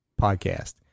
podcast